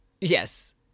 Yes